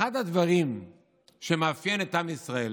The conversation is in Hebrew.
אחד הדברים שמאפיינים את עם ישראל